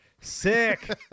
sick